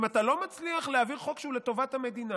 אם אתה לא מצליח להעביר חוק שהוא לטובת המדינה,